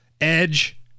Edge